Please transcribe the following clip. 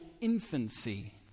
infancy